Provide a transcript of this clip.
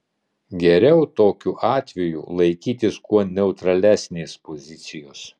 geriau tokiu atveju laikytis kuo neutralesnės pozicijos